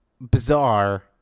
bizarre